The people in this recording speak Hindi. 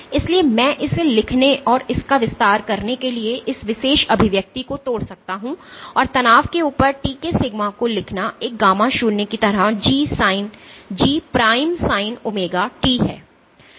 इसलिए मैं इसे लिखने और इसका विस्तार करने के लिए इस विशेष अभिव्यक्ति को तोड़ सकता हूं और तनाव के ऊपर t के सिग्मा को लिखना एक गामा शून्य की तरह G sin omega t है